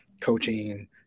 coaching